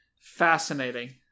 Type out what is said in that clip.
fascinating